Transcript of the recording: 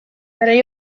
garai